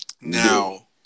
Now